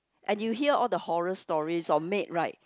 and you hear all the horror stories on maid right